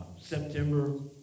September